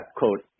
quote